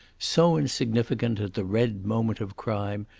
so insignificant at the red moment of crime,